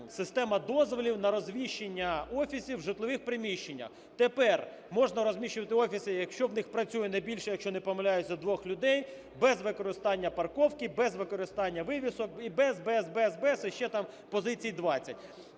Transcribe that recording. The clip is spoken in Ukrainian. система дозволів на розміщення офісів у житлових приміщеннях. Тепер можна розміщувати офіси, якщо в них працює не більше, якщо не помиляюся, двох людей без використання парковки, без використання вивісок і без… без… без і ще там позицій 20.